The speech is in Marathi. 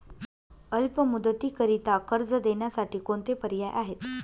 अल्प मुदतीकरीता कर्ज देण्यासाठी कोणते पर्याय आहेत?